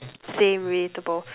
same relatable